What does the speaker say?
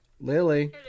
Lily